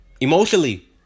emotionally